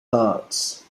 parts